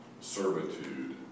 servitude